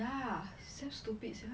ya so stupid sia